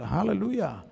Hallelujah